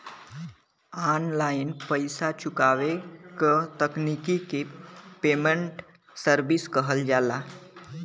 online पइसा चुकावे क तकनीक के पेमेन्ट सर्विस कहल जाला